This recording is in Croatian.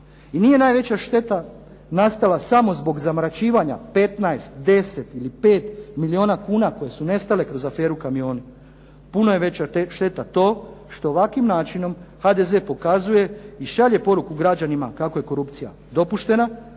I nije najveća šteta nastala samo zbog zamračivanja 15, 10 ili 5 milijuna kuna koji su nestali kroz aferu "Kamioni", puno je veća šteta to što ovakvim načinom HDZ pokazuje i šalje poruku građanima kako je korupcija dopuštena,